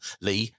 Lee